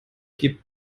gibt